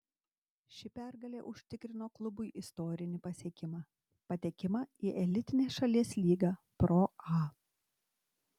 ši pergalė užtikrino klubui istorinį pasiekimą patekimą į elitinę šalies lygą pro a